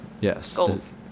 Yes